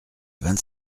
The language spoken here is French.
vingt